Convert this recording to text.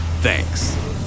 Thanks